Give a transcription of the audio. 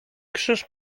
krzyż